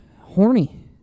Horny